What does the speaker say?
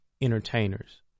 entertainers